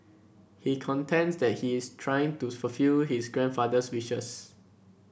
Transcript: he contends that he is trying to fulfil his grandfather's wishes